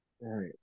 Right